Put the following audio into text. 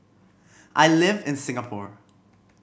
I live in Singapore